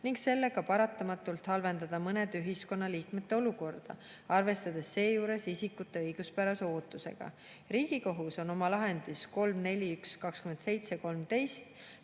ning sellega paratamatult halvendada mõnede ühiskonnaliikmete olukorda, arvestades seejuures isikute õiguspärase ootusega. Riigikohus on oma lahendis 3-4-1-27-13